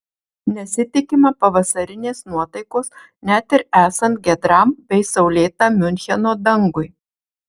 nesitikima pavasarinės nuotaikos net ir esant giedram bei saulėtam miuncheno dangui